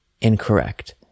incorrect